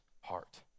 heart